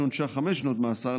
שעונשה חמש שנות מאסר,